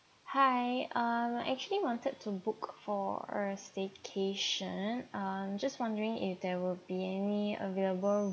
hi um actually wanted to book for a staycation um just wondering if there will be any available